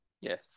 Yes